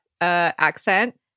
accent